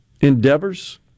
endeavors